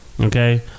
Okay